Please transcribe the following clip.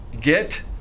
get